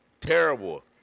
Terrible